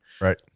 Right